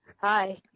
Hi